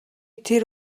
тэр